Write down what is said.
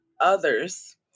others